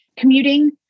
Commuting